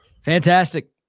Fantastic